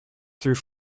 through